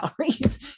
calories